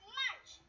march